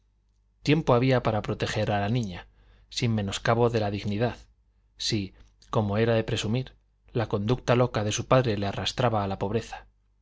tiempo había para proteger a la niña sin menoscabo de la dignidad si como era de presumir la conducta loca de su padre le arrastraba a la pobreza